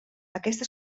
aquesta